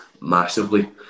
massively